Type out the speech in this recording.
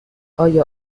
آیا